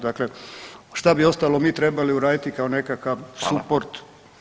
Dakle, šta bi ostalo mi trebali uraditi kako nekakav [[Upadica: Hvala.]] suport.